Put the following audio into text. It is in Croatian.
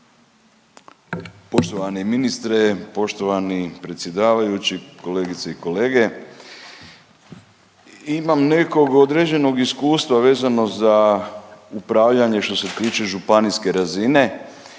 Poštovani ministre, poštovani predsjedavajući, kolegice i kolege, imam nekog određenog iskustva vezano za upravljanje što se tiče županijske razine